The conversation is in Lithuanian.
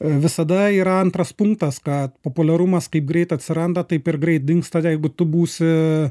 visada yra antras punktas kad populiarumas kaip greit atsiranda taip ir greit dingsta jeigu tu būsi